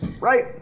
right